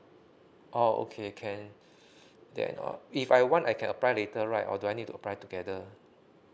oh okay can then uh if I want I can apply later right or do I need to apply together